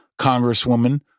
Congresswoman